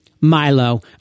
Milo